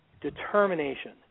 determination